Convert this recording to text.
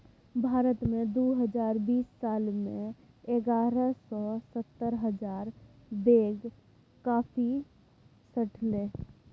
भारत मे दु हजार बीस साल मे एगारह सय सत्तर हजार बैग कॉफी सठलै